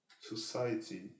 society